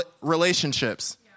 relationships